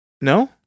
No